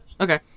okay